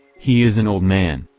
he is an old man,